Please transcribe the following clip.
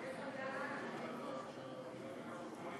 הלוואה לדיור לאדם עם מוגבלות),